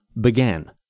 began